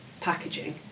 packaging